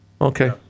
Okay